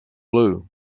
blue